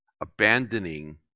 abandoning